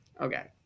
Okay